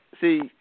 See